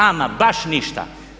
Ama baš ništa.